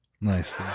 Nice